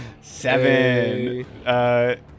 Seven